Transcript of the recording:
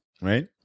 right